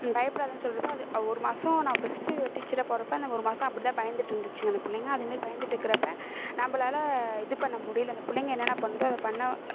பயப்படாதன்னு சொல்கிறப்ப அது ஒரு மாதம் நான் ஃபஸ்ட்டு டீச்சராக போகிறப்ப அந்த ஒரு மாதம் அப்படிதான் பயந்துட்டிருந்துச்சுங்க அந்த பிள்ளைங்க அதே மாதிரி பயந்துட்டுக்கிறப்ப நம்மளால இது பண்ண முடியல அந்த பிள்ளைங்க என்னென்ன பண்ணுதோ அதை பண்ண